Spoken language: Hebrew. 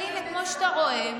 אבל הינה, כמו שאתה רואה,